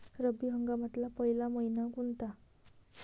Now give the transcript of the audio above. रब्बी हंगामातला पयला मइना कोनता?